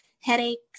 headaches